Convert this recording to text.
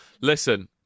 Listen